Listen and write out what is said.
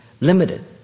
limited